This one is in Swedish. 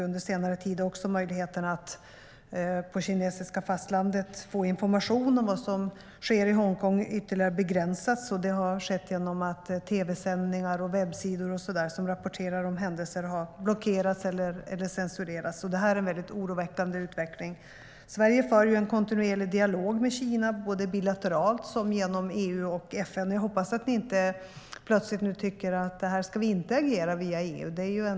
Under senare tid har också möjligheterna att på kinesiska fastlandet få information om vad som sker i Hongkong begränsats ytterligare. Det har skett genom att tv-sändningar, webbsidor och annat som rapporterar om händelser har blockerats eller censurerats. Det är en mycket oroväckande utveckling. Sverige för en kontinuerlig dialog med Kina, både bilateralt och genom EU och FN. Jag hoppas att ni inte plötsligt tycker att vi inte ska agera via EU.